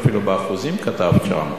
אפילו באחוזים כתבת שם.